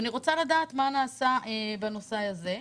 אני רוצה לדעת מה נעשה בנושא הזה.